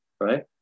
right